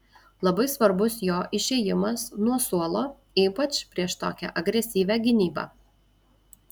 labai svarbus jo išėjimas nuo suolo ypač prieš tokią agresyvią gynybą